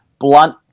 Blunt